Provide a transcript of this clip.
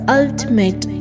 ultimate